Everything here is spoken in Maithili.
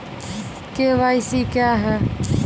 के.वाई.सी क्या हैं?